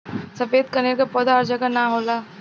सफ़ेद कनेर के पौधा हर जगह ना होला